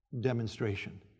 demonstration